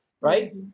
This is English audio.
right